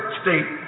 state